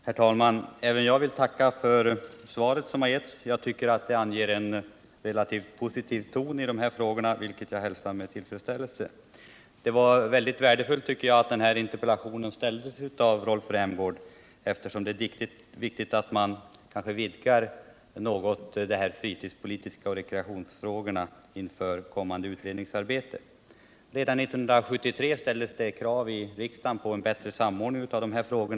Herr talman! Även jag vill tacka för svaret. Jag tycker att det präglas av en relativt positiv inställning i dessa frågor, vilket jag hälsar med tillfredsställelse. Enligt min mening var det mycket värdefullt att Rolf Rämgård framställde den här interpellationen, eftersom det är viktigt att man inför kommande utredningsarbete något vidgar synsättet beträffande de fritidspolitiska frågorna och rekreationsfrågorna. Redan 1973 och, som jordbruksministern nämnde, även 1976 ställdes det i riksdagen krav på en bättre samordning av dessa frågor.